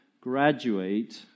graduate